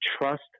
trust